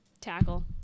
tackle